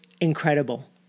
incredible